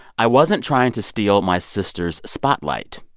i wasn't trying to steal my sister's spotlight.